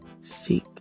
Seek